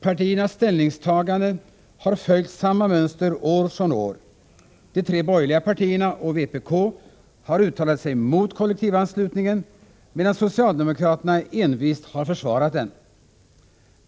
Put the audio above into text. Partiernas ställningstaganden har följt samma mönster år från år: de tre borgerliga partierna och vpk har uttalat sig mot kollektivanslutningen, medan socialdemokraterna envist har försvarat den.